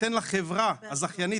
ניתן לחברה הזכיינית,